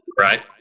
right